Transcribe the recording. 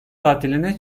tatiline